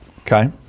Okay